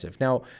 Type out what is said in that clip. Now